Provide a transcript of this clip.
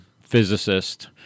physicist